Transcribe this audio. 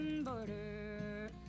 border